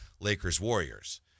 Lakers-Warriors